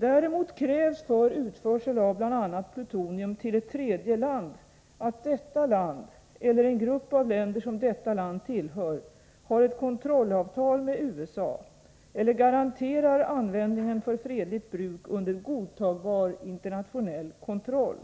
Däremot krävs för utförsel av bl.a. plutonium till ett tredje land att detta land, eller en grupp av länder som detta land tillhör, har ett kontrollavtal med USA eller garanterar användningen för fredligt bruk under godtagbar internationell kontroll.